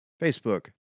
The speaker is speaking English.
Facebook